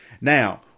Now